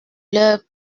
leurs